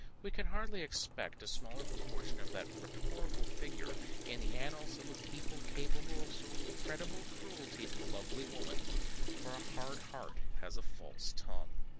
we can hardly expect a smaller proportion of that rhetorical figure in the annals of a people capable of so incredible cruelty to lovely women for a hard heart has a false tongue.